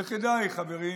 וכדאי, חברים,